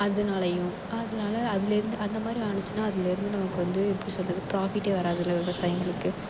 அதனாலையும் அதனால அதிலேருந்து அந்த மாதிரி ஆனுச்சின்னால் அதிலேருந்து நமக்கு வந்து எப்படி சொல்லுறது ப்ராஃபிட்டே வராது இதில் விவசாயிங்களுக்கு